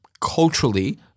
culturally